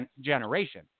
generation